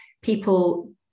people